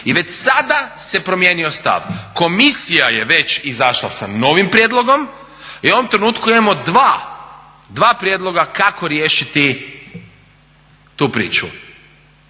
i već sada se promijenio stav. Komisija je već izašla sa novim prijedlogom i u ovom trenutku imamo dva, dva prijedloga kako riješiti tu priču.